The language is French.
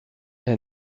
est